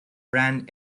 ran